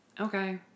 Okay